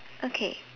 okay